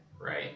right